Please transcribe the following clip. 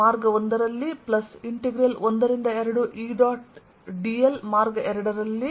dlalong 2E